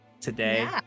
today